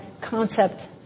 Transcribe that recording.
concept